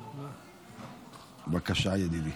בבקשה, ידידי.